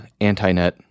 antinet